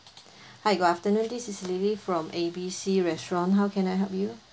hi good afternoon this is lily from A B C restaurant how can I help you